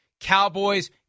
Cowboys